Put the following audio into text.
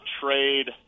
trade